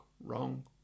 wrong